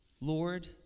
Lord